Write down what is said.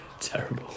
Terrible